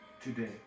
today